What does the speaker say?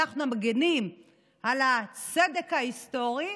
אנחנו המגינים על הצדק ההיסטורי.